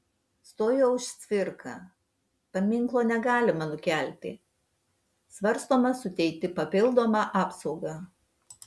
stojo už cvirką paminklo negalima nukelti svarstoma suteikti papildomą apsaugą